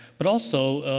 but also,